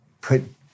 put